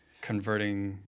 converting